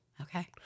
Okay